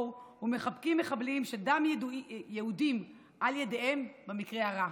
ומחבקים מחבלים שדם יהודים על ידיהם במקרה הרע,